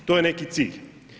To je neki cilj.